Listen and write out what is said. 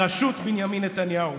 בראשות בנימין נתניהו.